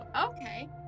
okay